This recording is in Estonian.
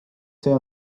see